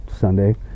Sunday